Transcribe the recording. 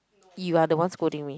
you are the one scolding me